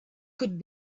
could